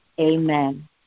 amen